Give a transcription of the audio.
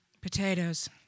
Potatoes